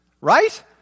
Right